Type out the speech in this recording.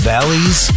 Valley's